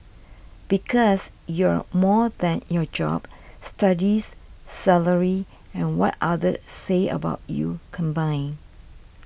because you're more than your job studies salary and what others say about you combined